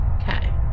Okay